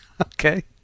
Okay